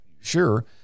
sure